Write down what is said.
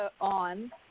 on